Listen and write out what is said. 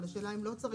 אבל השאלה אם לא צריך